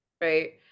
right